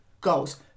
Goals